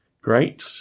great